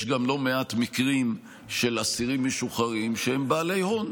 יש גם לא מעט מקרים של אסירים משוחררים שהם בעלי הון,